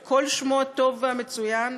את כל שמו הטוב והמצוין